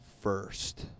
first